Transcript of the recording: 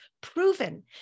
Proven